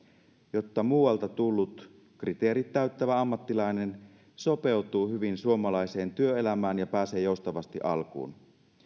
jotta muualta tullut kriteerit täyttävä ammattilainen sopeutuu hyvin suomalaiseen työelämään ja pääsee joustavasti alkuun